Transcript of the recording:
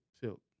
Silk